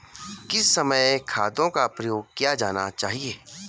किस समय खादों का प्रयोग किया जाना चाहिए?